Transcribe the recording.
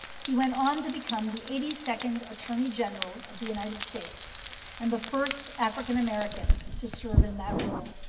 he went on to become the eighty second attorney general of the united states and the first african american to serve in that role.